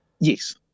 Yes